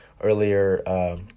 Earlier